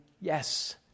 yes